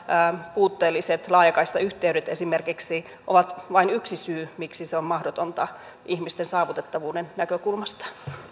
puutteelliset laajakaistayhteydet ovat vain yksi syy miksi se on mahdotonta ihmisten saavutettavuuden näkökulmasta